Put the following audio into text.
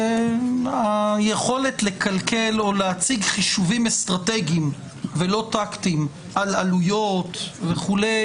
שהיכולת לקלקל או להציג חישובים אסטרטגיים ולא טקטיים על עלויות וכו',